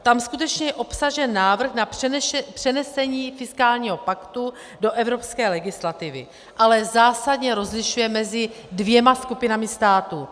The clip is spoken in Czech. Tam je skutečně obsažen návrh na přenesení fiskálního paktu do evropské legislativy, ale zásadně rozlišuje mezi dvěma skupinami států.